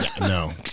No